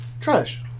Trash